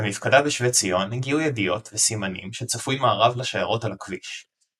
למפקדה בשבי ציון הגיעו ידיעות וסימנים שצפוי מארב לשיירות על הכביש.